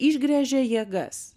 išgręžė jėgas